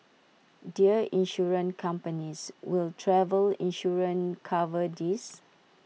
Dear Insurance companies will travel insurance cover this